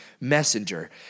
messenger